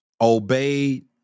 obeyed